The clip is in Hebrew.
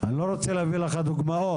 אני לא רוצה להביא לך דוגמאות,